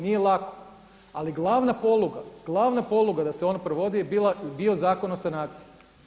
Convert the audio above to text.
Nije lako, ali glavna poluga, glavna poluga da se on provodi je bio Zakon o sanaciji.